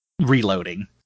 reloading